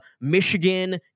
Michigan